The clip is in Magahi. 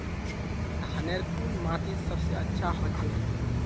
धानेर कुन माटित सबसे अच्छा होचे?